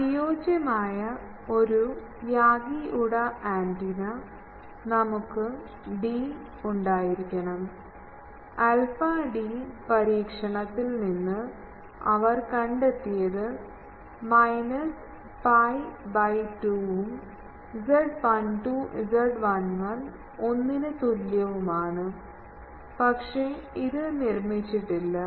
അനുയോജ്യമായ ഒരു Yagi Uda antenna നമുക്ക് d ഉണ്ടായിരിക്കണം ആൽഫ d പരീക്ഷണത്തിൽ നിന്ന് അവർ കണ്ടെത്തിയത് മൈനസ് pi 2 ഉം Z12 Z11ഒന്നിന് തുല്യവുമാണ് പക്ഷേ ഇത് നിർമ്മിച്ചിട്ടില്ല